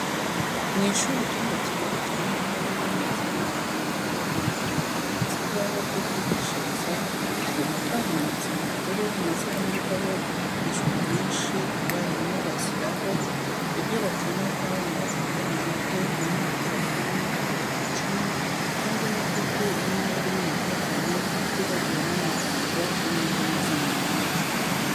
Mu ishuri icyumba kigali kirimo intebe n'ameza abana bicaraho biga, hamanitse ibibaho byo kwigishirizaho, ku nkuta hamanitse impapuro nazo bandikaho ibyigishwa kenshi abarimu bashyiraho ibyo bakeneye ko abana bafata mu mutwe nka mara kuva kuri rimwe kugera ku icumi cyangwa inyuguti inyajwi n'ibihekane tutibagiwe n'amagambo yo mu ndimi z'amahanga.